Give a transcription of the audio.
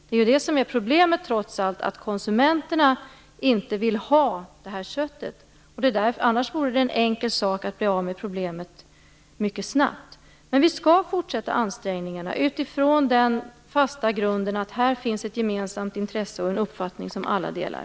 Det är trots allt det som är problemet, att konsumenterna inte vill ha det här köttet. Annars vore det en enkel sak att bli av med problemet mycket snabbt. Men vi skall fortsätta ansträngningarna utifrån den fasta grunden att det här finns ett gemensamt intresse och en uppfattning som alla delar.